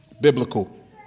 biblical